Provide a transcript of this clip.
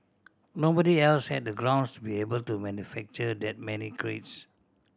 nobody else had the grounds to be able to manufacture that many crates